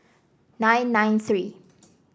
nine nine three